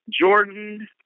Jordan